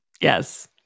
Yes